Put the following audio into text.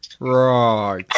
Right